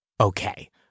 okay